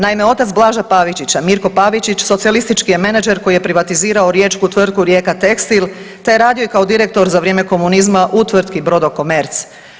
Naime, otac Blaža Pavičića, Mirko Pavičić socijalistički je menadžer koji je privatizirao riječku tvrtku Rijeka-tekstil te je radio i kao direktor za vrijeme komunizma u tvrtku Brodokomerc.